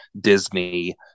Disney